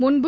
முன்பு